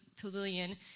pavilion